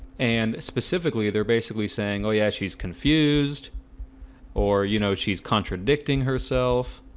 and specifically, they're basically saying oh, yeah, she's confused or you know, she's contradicting herself